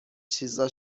چیزا